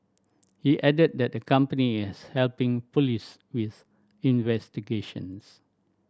he added that the company is helping police with investigations